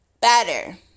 better